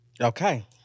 Okay